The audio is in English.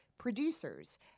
producers